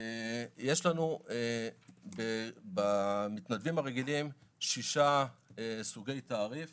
יש לנו במתנדבים הרגילים שישה סוגי תעריף